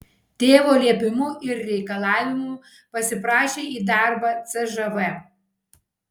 tėvo liepimu ir reikalavimu pasiprašė į darbą cžv